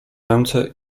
ręce